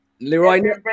Leroy